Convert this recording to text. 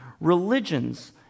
religions